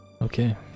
Okay